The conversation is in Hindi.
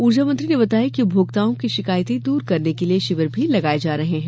ऊर्जामंत्री ने बताया कि उपभोक्ताओं की शिकायतें दूर करने के लिए शिविर भी लगाये जा रहे हैं